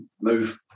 move